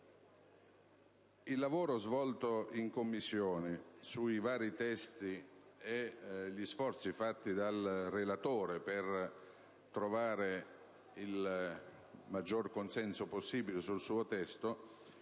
Il lavoro svolto in Commissione sui vari testi e gli sforzi fatti dal relatore per trovare il maggior consenso possibile sul suo testo